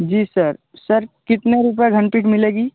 जी sir sir कितने रुपये घंटे की मिलेगी